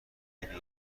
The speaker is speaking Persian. بیادبی